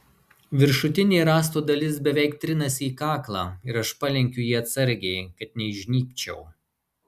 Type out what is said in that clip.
viršutinė rąsto dalis beveik trinasi į kaklą ir aš palenkiu jį atsargiai kad neįžnybčiau